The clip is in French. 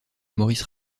maurice